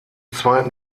zweiten